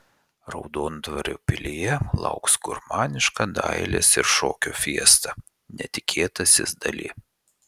raudondvario pilyje lauks gurmaniška dailės ir šokio fiesta netikėtasis dali